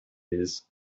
years